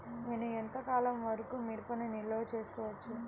నేను ఎంత కాలం వరకు మిరపను నిల్వ చేసుకోవచ్చు?